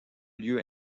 lieu